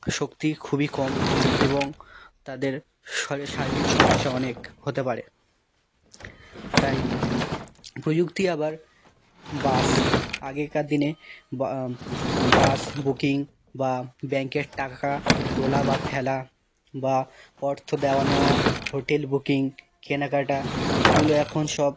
শক্তি খুবই কম এবং তাদের শারীরিক সমস্যা অনেক হতে পারে তাই প্রযুক্তি আবার বাস আগেকার দিনে বা বাস বুকিং বা ব্যাঙ্কের টাকা তোলা বা ফেলা বা অর্থ দেওয়া নেওয়া হোটেল বুকিং কেনাকাটা এইগুলো এখন সব